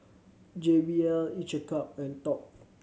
J B L Each a Cup and Top